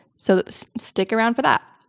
so stick around for that.